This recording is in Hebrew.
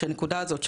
הנקודה הזאת,